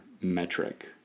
metric